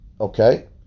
Okay